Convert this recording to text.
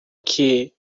que